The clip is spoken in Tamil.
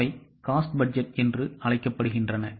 அவை cost பட்ஜெட் என்று அழைக்கப்படுகின்றன